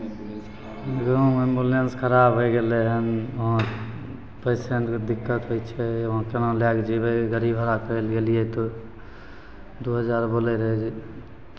गाँवमे एम्बुलेंस खराब होय गेलै हन वहाँ पेशेंटकेँ दिक्कत होइ छै वहाँ केना लए कऽ जयबै गाड़ी घोड़ा करय लए गेलियै तऽ दू हजार बोलैत रहै जे